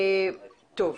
טוב אלון,